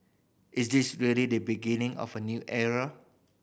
is this really the beginning of a new era